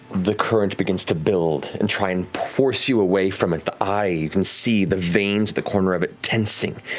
the current begins to build and try and force you away from it. the eye, you can see the veins, the corner of it tensing.